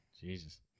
Jesus